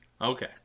Okay